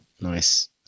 nice